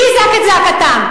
מי יזעק את זעקתם?